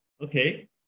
Okay